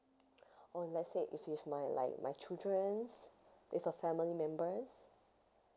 oh let's say if with my like my children with uh family members